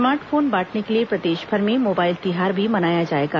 smart phone बांटने के लिए प्रदेशभर में मोबाइल तिहार भी मनोया जाएगा